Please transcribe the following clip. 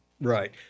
Right